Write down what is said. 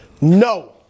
No